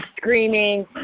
screaming